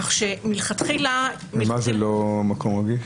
כך שמלכתחילה -- ומה זה לא מקום רגיש?